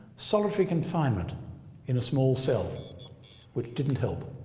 solitary confinement in a small cell which didn't help.